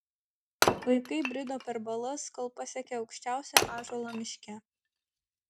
vaikai brido per balas kol pasiekė aukščiausią ąžuolą miške